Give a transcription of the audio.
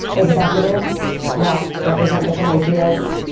executives that represent different ideas.